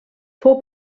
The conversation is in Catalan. fou